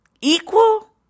Equal